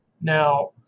Now